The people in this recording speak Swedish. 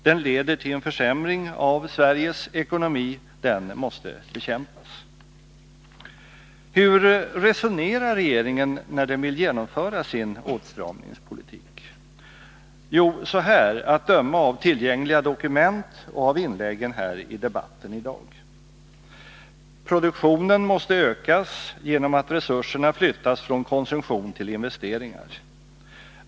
Den leder till en försämring av Sveriges ekonomi. Den måste bekämpas. Jo, så här att döma av tillgängliga dokument och av inläggen i debatten i dag: Produktionen måste ökas genom att resurserna flyttas från konsumtion till investeringar.